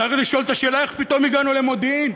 צריך לשאול את השאלה, איך פתאום הגענו למודיעין?